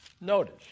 notice